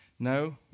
No